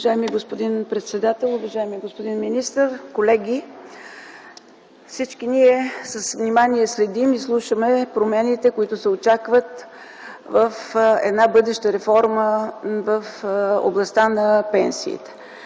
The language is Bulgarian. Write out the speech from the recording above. Уважаеми господин председател, уважаеми господин министър, колеги! Всички ние с внимание следим и слушаме промените, които се очакват в една бъдеща реформа в областта на пенсиите.